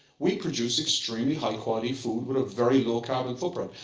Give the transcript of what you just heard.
we produce extremely high quality food with a very low carbon footprint.